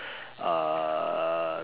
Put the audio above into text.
uh